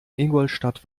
ingolstadt